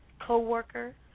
co-worker